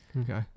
Okay